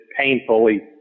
painfully